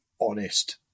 honest